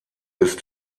ist